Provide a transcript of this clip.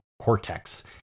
cortex